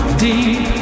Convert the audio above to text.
deep